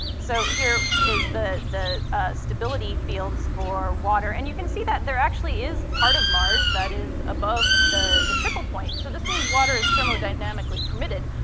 so here is the the stability fields for water, and you can see that there actually is part of mars that is above the the triple point, so this means water is thermodynamically permitted.